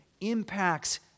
impacts